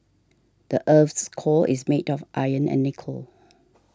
the earth's core is made of iron and nickel